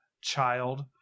child